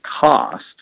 cost